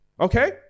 Okay